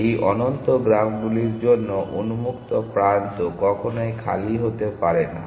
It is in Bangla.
এই অনন্ত গ্রাফগুলির জন্য উন্মুক্ত প্রান্ত কখনই খালি হতে পারে না